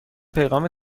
پیغام